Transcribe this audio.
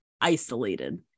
isolated